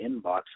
inbox